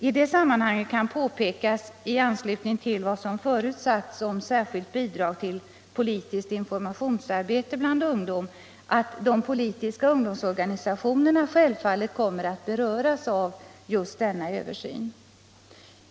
I det sammanhanget kan påpekas —- i anslutning till vad som förut sagts om särskilt bidrag till politiskt informationsarbete bland ungdom -— att de politiska ungdomsorganisationerna självfallet kommer att beröras av just denna översyn.